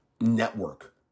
network